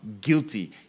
guilty